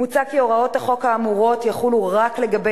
מוצע כי הוראות החוק האמורות יחולו רק לגבי